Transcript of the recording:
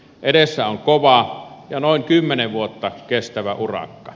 edessä on kova ja noin kymmenen vuotta kestävä urakka